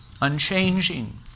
unchanging